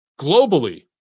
globally